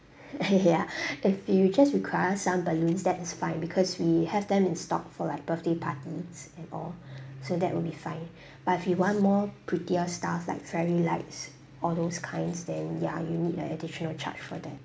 ya if you just require some balloons that is fine because we have them in stock for like birthday parties and all so that will be fine but if you want more prettier stuff like fairy lights all those kinds then ya you need a additional charge for that